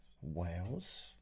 Wales